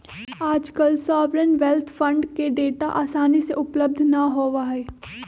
आजकल sovereign wealth fund के data आसानी से उपलब्ध ना होबा हई